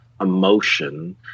Emotion